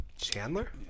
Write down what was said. Chandler